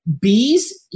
bees